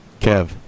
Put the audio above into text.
Kev